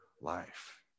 life